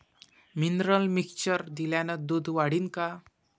Mineral mixture दिल्यानं दूध वाढीनं का?